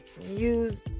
use